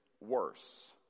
worse